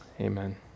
Amen